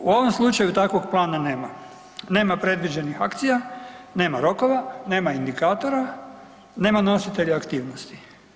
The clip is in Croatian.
U ovom slučaju takvog plana nema, nema predviđenih akcija, nema rokova, nema indikatora, nema nositelja aktivnosti.